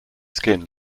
skin